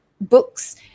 books